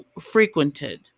frequented